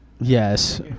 Yes